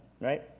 right